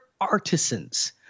artisans